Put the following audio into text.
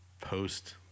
post